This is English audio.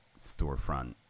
storefront